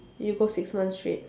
you go six months straight